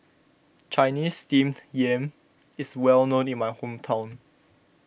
Chinese Steamed Yam is well known in my hometown